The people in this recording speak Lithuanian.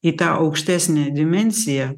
į tą aukštesnę dimensiją